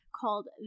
called